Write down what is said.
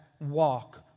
walk